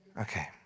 Okay